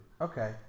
Okay